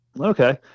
Okay